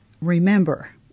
Remember